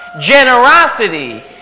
Generosity